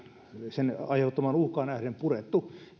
sen aiheuttamaan uhkaan nähden purettu